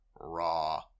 raw